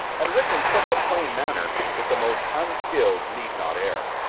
and written in such a plain manner, that the most unskilled need not err.